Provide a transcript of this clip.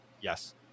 Yes